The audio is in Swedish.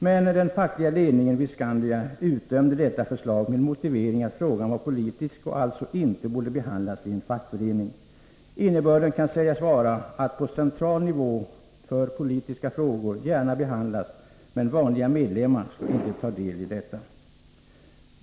Men den fackliga ledningen vid Skandia utdömde detta förslag med motiveringen att frågan var politisk och alltså inte borde behandlas i en fackförening. Innebörden kan sägas vara att på central nivå får politiska frågor gärna behandlas, men vanliga medlemmar skall inte ta del i detta.